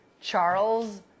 Charles